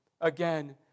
again